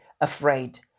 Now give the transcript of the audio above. afraid